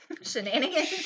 Shenanigans